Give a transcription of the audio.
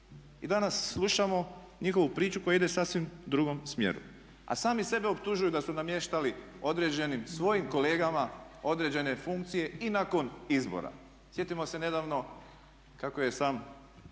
I danas slušamo njihovu priču koja ide u sasvim drugom smjeru. A sami sebe optužuju da su namještali određenim svojim kolegama određene funkcije i nakon izbora. Sjetimo se nedavno kako je sam